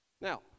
Now